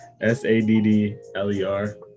S-A-D-D-L-E-R